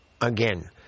Again